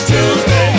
Tuesday